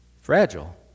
fragile